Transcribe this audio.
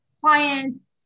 clients